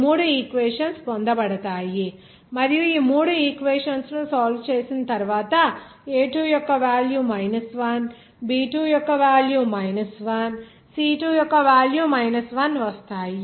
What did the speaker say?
ఈ మూడు ఈక్వేషన్స్ పొందబడతాయి మరియు ఈ మూడు ఈక్వేషన్స్ ను సాల్వ్ చేసిన తరువాత a2 యొక్క value 1 b 2 value 1 c2 value 1 వస్తాయి